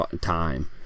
time